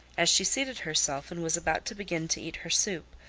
as she seated herself and was about to begin to eat her soup,